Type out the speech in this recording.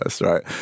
right